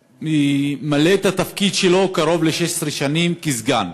שממלא את התפקיד שלו קרוב ל-16 שנים כסגן.